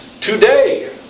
today